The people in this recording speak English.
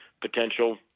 potential